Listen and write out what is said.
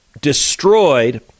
destroyed